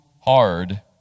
hard